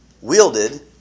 wielded